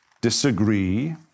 disagree